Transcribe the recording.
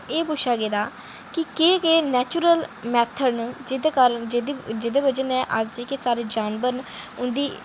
एह् पुच्छेआ गेदा कि केह् केह् नैचुरल मैथड़ न जेह्दे कारण जेह्ड़े सारे जानवर न उंदी